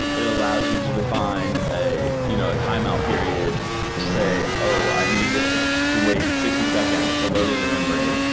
it allows you to define a you know timeout period to say, oh, i need this to wait sixty seconds to load into memory,